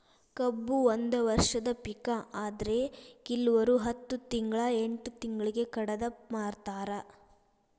ಕಬ್ಬು ಒಂದ ವರ್ಷದ ಪಿಕ ಆದ್ರೆ ಕಿಲ್ವರು ಹತ್ತ ತಿಂಗ್ಳಾ ಎಂಟ್ ತಿಂಗ್ಳಿಗೆ ಕಡದ ಮಾರ್ತಾರ್